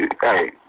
Hey